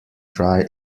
try